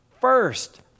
First